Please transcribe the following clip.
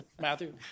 Matthew